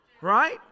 Right